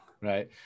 Right